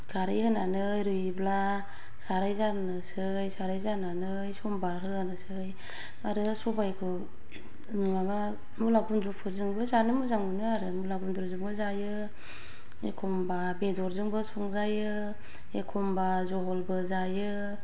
खारै होनानै रैब्ला खारै जानोसै खारै जानानै सम्बार होनोसै आरो सबायखौ नङाबा मुला गुनद्रुफोरजों जानो मोजां मोनो आरो मुला गुनद्रुजोंबो जायो एखम्बा बेदरजोंबो संजायो एखम्बा जहलबो जायो